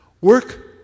Work